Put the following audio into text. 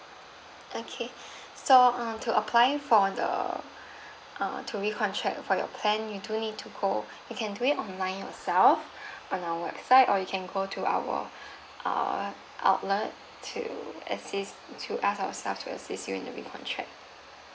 okay so uh to apply for the uh to recontract for your plan you do need to go you can do it online yourself on our website or you can go to our err outlet to assist to ask our staff to assist you in the recontract